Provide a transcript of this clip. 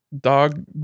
dog